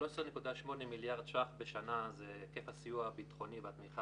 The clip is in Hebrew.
13.8 מיליארד בשנה זה היקף הסיוע הביטחוני והתמיכה